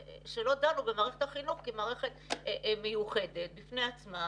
במערכת החינוך כמערכת מיוחדת בפני עצמה,